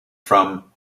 from